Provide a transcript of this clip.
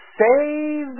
save